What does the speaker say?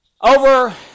Over